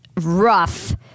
Rough